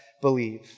believe